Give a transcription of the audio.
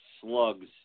slugs